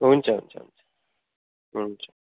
हुन्छ हुन्छ हुन्छ हुन्छ